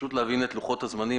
פשוט להבין את לוחות הזמנים,